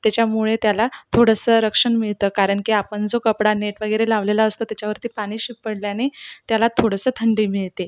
त्याच्यामुळे त्याला थोडंसं रक्षण मिळतं कारण की आपण जो कपडा नेट वगैरे लावलेला असतो त्याच्यावरती पाणी शिंपडल्याने त्याला थोडंसं थंडी मिळते